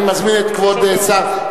אני מזמין את כבוד השר.